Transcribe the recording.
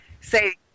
say